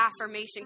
affirmation